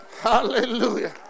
Hallelujah